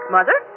Mother